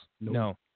No